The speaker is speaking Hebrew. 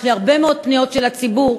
יש אלי הרבה מאוד פניות של הציבור,